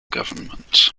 government